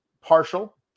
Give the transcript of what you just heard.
partial